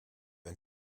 and